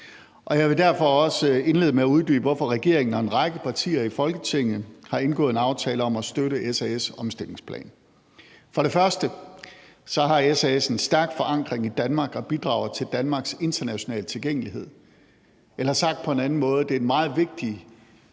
Jeg vil derfor også indlede med at uddybe, hvorfor regeringen og en række partier i Folketinget har indgået en aftale om at støtte SAS' omstillingsplan. For det første har SAS en stærk forankring i Danmark og bidrager til Danmarks internationale tilgængelighed – eller sagt på en anden måde: Det er en meget vigtig